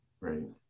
Right